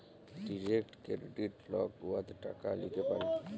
direct credit লক উয়াতে টাকা ল্যিতে পারে